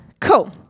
Cool